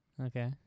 Okay